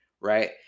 right